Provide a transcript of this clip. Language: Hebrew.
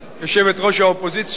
יושבת-ראש האופוזיציה,